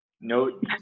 No